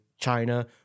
China